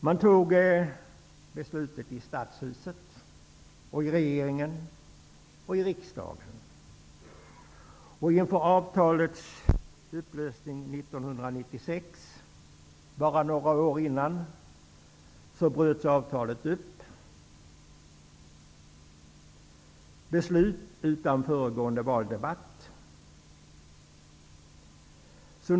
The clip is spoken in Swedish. Det fattades beslut i Stadshuset, i regeringen och i riksdagen. Inför avtalets upplösning 1996, bara några år innan, bröts avtalet. Beslut fattades utan föregående debatt.